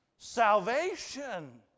salvation